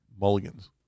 mulligans